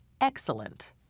excellent